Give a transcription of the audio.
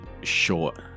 short